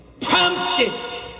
prompted